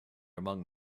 among